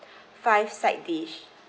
five side dish